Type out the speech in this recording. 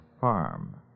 farm